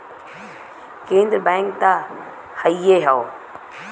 केन्द्र बैंक त हइए हौ